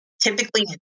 typically